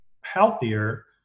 healthier